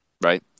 right